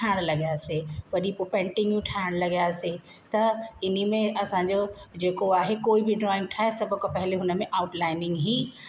ठाहिण लॻियासीं वॾी पोइ पेंटिंगूं ठाहिण लॻियासी त इन में असांजो जेको आहे कोई बि ड्रॉइंग ठाहे सभु खां पहिरीं हुनमें आउट लाइनिंग ई